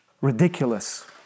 ridiculous